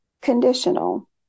conditional